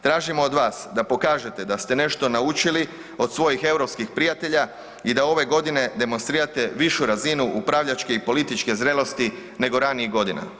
Tražimo od vas da pokažete da ste nešto naučili od svojih europskih prijatelja i da ove godine demonstrirate višu razinu upravljačke i političke zrelosti nego ranijih godina.